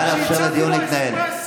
נא לאפשר לדיון להתנהל.